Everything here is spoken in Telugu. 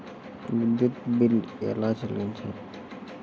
విద్యుత్ బిల్ ఎలా చెల్లించాలి?